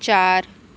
चार